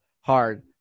hard